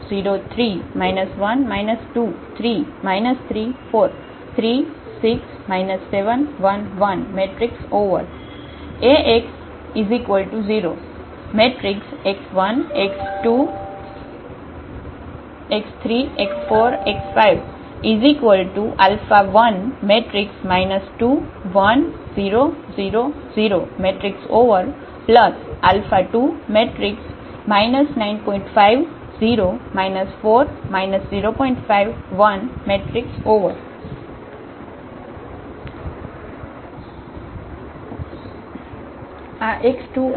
Ax0 આ x2